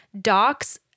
Doc's